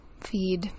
feed